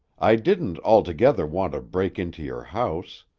i didn't altogether want to break into your house.